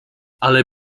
ale